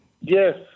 Yes